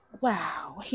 Wow